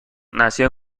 nació